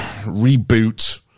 reboot